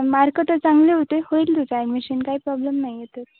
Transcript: mark तर चांगले होते होईल तुझं ॲडमिशन काही प्रॉब्लेम नाही आहेत